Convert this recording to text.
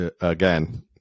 again